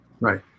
right